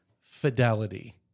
fidelity